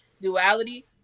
duality